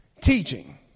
Teaching